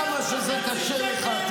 כמה שזה קשה לך.